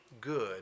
good